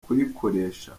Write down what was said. kuyikoresha